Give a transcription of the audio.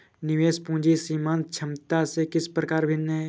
निवेश पूंजी सीमांत क्षमता से किस प्रकार भिन्न है?